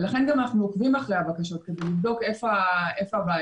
לכן, כדי לבדוק איפה הבעיות